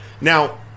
Now